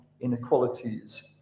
inequalities